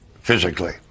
physically